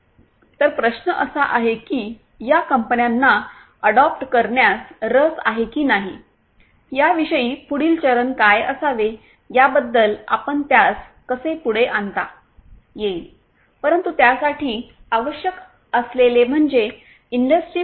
तर प्रश्न असा आहे की या कंपन्यांना अडॉप्ट करण्यात रस आहे की नाही याविषयी पुढील चरण काय असावे याबद्दल आपण त्यास कसे पुढे आणता येईल परंतु त्यासाठी आवश्यक असलेले म्हणजे इंडस्ट्री 4